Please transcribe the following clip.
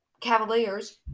Cavaliers